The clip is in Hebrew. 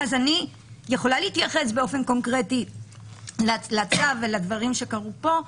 אז אני יכולה להתייחס באופן קונקרטי לצו ולדברים שקרו פה,